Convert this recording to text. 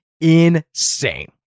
insane